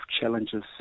challenges